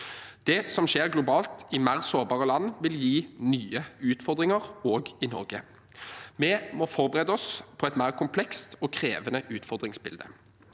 Det som skjer globalt i mer sårbare land, vil gi nye utfordringer også i Norge. Vi må forberede oss på et mer komplekst og krevende utfordringsbilde.